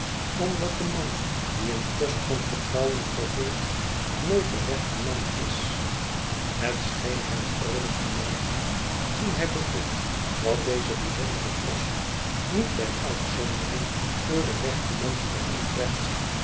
omdat de man die een post van vertrouwen vervult nooit de rechte man is het scheen hem vroolijk te maken toen hij bevond dat deze bijzondere post niet by uitzondering door den rechten man vervuld werd